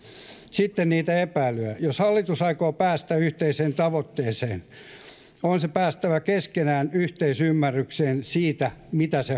sitten niitä epäilyjä jos hallitus aikoo päästä yhteiseen tavoitteeseen on sen päästävä keskenään yhteisymmärrykseen siitä mitä se